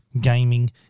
gaming